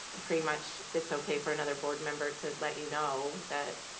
pretty much, it's okay for another board member to let you know that.